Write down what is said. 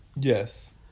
Yes